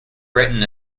britain